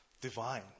divine